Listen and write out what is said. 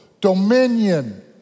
dominion